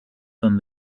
than